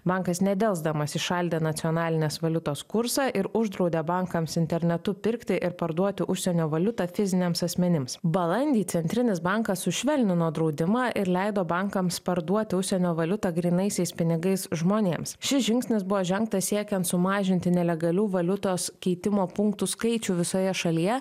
bankas nedelsdamas įšaldė nacionalinės valiutos kursą ir uždraudė bankams internetu pirkti ir parduoti užsienio valiutą fiziniams asmenims balandį centrinis bankas sušvelnino draudimą ir leido bankams parduoti užsienio valiutą grynaisiais pinigais žmonėms šis žingsnis buvo žengtas siekiant sumažinti nelegalių valiutos keitimo punktų skaičių visoje šalyje